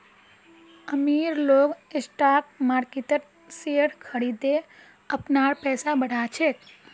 अमीर लोग स्टॉक मार्किटत शेयर खरिदे अपनार पैसा बढ़ा छेक